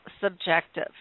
subjective